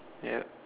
yup